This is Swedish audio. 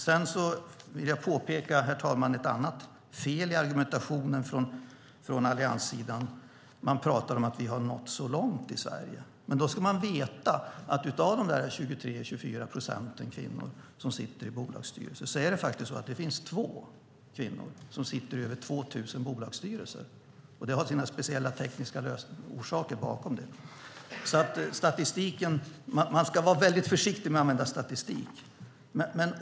Dessutom vill jag, herr talman, påpeka ett annat fel i argumentationen från allianssidan. Man pratar om att vi har nått så långt i Sverige. Men då ska man veta att av de 23-24 procenten kvinnor som sitter i bolagsstyrelser är det faktiskt så att det finns två kvinnor som sitter i över 2 000 bolagsstyrelser. Det ligger speciella tekniska orsaker bakom det. Man ska vara väldigt försiktig med att använda statistik.